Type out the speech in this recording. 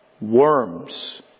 worms